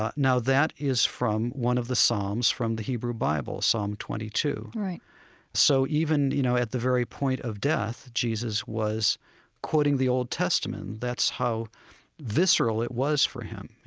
ah now, that is from one of the psalms from the hebrew bible, psalm twenty two. so even, you know, at the very point of death jesus was quoting the old testament. that's how visceral it was for him.